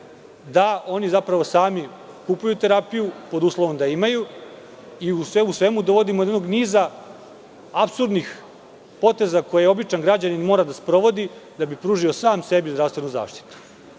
da oni zapravo sami kupuju terapiju, pod uslovom da imaju, i sve u svemu dovodimo do niza apsurdnih poteza koje običan građanin mora da sprovodi da bi pružio sam sebi zdravstvenu zaštitu. Dakle,